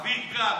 אוויר קר.